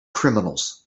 criminals